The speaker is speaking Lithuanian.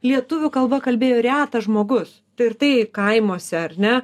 lietuvių kalba kalbėjo retas žmogus tai ir tai kaimuose ar ne